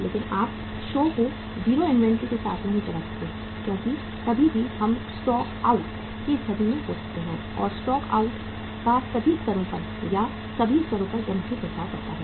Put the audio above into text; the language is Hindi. लेकिन आप शो को 0 इन्वेंट्री के साथ नहीं चला सकते क्योंकि कभी भी हम स्टॉक आउट की स्थिति में हो सकते हैं और स्टॉक आउट का सभी स्तरों पर या सभी स्तरों पर बहुत गंभीर प्रभाव पड़ता है